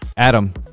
Adam